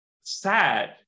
sad